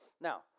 Now